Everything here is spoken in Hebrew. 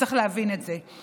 וצריך להבין את זה.